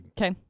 Okay